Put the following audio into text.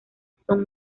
son